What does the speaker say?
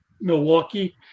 Milwaukee